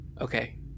Okay